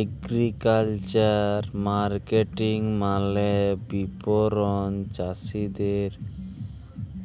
agricultural marketing মালে বিপণল চাসিদের